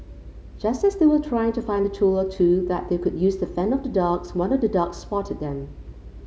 just as they were trying to find a tool or two that they could use to fend off the dogs one of the dogs spotted them